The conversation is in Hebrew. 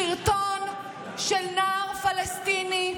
סרטון של נער פלסטיני